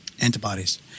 antibodies